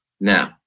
now